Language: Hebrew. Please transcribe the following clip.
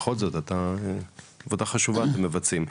בכל זאת, עבודה חשובה אתם מבצעים.